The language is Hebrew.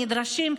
הנדרשים,